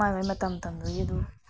ꯃꯥꯒꯤ ꯃꯥꯒꯤ ꯃꯇꯝ ꯃꯇꯝꯗꯨꯒꯤ ꯑꯗꯨꯝ